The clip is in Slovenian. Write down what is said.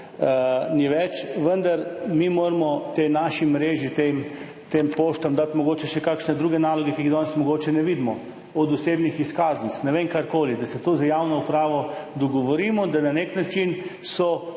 ni več. Vendar moramo mi tej naši mreži, tem poštam dati mogoče še kakšne druge naloge, ki jih danes mogoče ne vidimo, od osebnih izkaznic do, ne vem, česarkoli, da se z javno upravo dogovorimo, da na nek način na